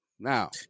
Now